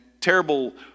terrible